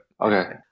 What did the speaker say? Okay